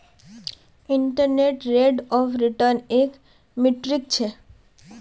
internal rate of return एक metric छ